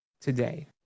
today